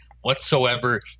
whatsoever